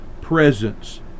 presence